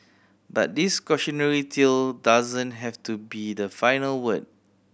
but this cautionary tale doesn't have to be the final word